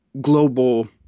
global